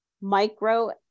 micro